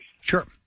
Sure